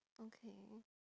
okay